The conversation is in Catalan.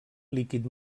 líquid